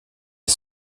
des